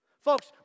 Folks